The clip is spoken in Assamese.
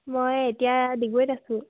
মই এতিয়া ডিগবৈত আছোঁ